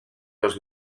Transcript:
dos